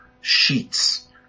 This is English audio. sheets